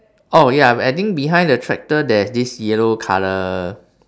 oh ya I think behind the tractor there's this yellow colour